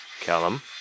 Callum